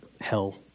hell